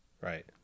Right